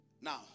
Now